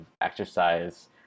exercise